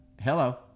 Hello